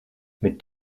mit